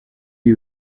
ibi